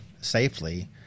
safely